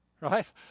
Right